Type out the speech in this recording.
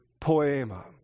poema